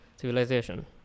civilization